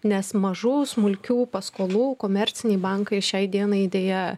nes mažų smulkių paskolų komerciniai bankai šiai dienai deja